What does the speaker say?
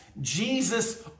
Jesus